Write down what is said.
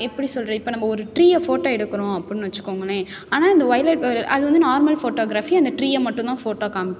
எப்படி சொல்கிறது இப்போ நம்ம ஒரு ட்ரீயை ஃபோட்டோ எடுக்கிறோம் அப்புடின்னு வெச்சுக்கோங்களேன் ஆனால் இந்த வொய்லெட் ஒரு அது வந்து நார்மல் ஃபோட்டோகிராஃபி அந்த ட்ரீயை மட்டும் தான் ஃபோட்டோ காண்மிக்கும்